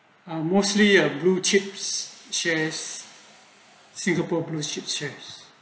a mostly a blue chips shares singapore partnership shares